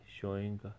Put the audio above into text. showing